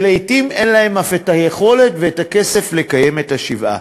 שלעתים אין להם אף את היכולת ואת הכסף לקיים את השבעה.